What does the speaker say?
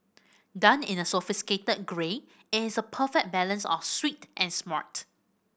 done in a sophisticated grey it is a perfect balance of sweet and smart